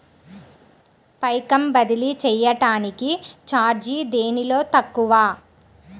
పైకం బదిలీ చెయ్యటానికి చార్జీ దేనిలో తక్కువ?